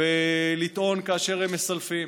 ולטעון כאשר הם מסלפים.